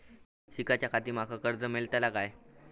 शिकाच्याखाती माका कर्ज मेलतळा काय?